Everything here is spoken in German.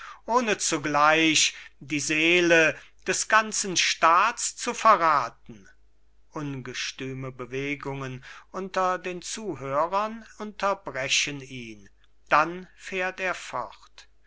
ohne zugleich die seele des ganzen staats zu verraten ungestüme bewegungen unter den zuhörern unterbrechen ihn dann fährt er fort